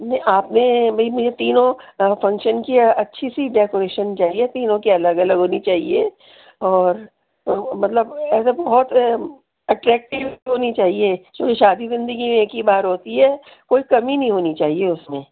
نہیں آپ نے نہیں مجھے تینوں فنکشن کی اچھی سی ڈیکوریشن چاہیے تینوں کی الگ الگ ہونی چاہیے اور مطلب ایسا بہت اٹریکٹیو ہونی چاہیے کیونکہ شادی زندگی میں ایک ہی بار ہوتی ہے کوئی کمی نہیں ہونی چاہیے اس میں